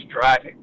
driving